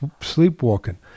sleepwalking